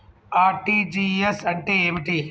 RTGS అంటే ఏమిటి?